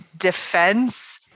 defense